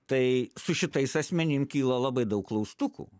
tai su šitais asmenim kyla labai daug klaustukų